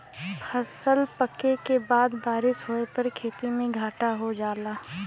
फसल पके के बाद बारिस होए पर खेती में घाटा हो जाला